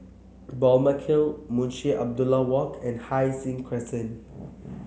Balmeg Hill Munshi Abdullah Walk and Hai Sing Crescent